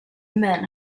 men